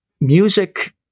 Music